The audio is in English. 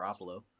Garoppolo